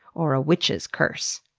or a witch's curse?